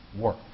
work